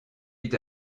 est